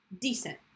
decent